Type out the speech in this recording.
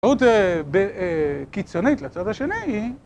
מהות קיצונית לצד השני היא...